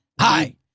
Hi